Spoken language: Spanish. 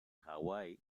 hawái